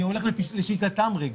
אני הולך לשיטתם רגע,